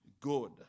good